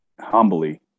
humbly